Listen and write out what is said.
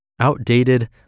Outdated